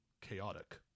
chaotic